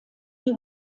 die